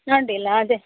ಅಡ್ಡಿಲ್ಲ ಅದೆ